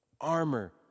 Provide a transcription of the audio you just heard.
Armor